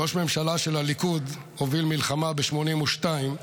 ראש הממשלה של הליכוד הוביל מלחמה ב-1982,